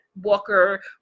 walker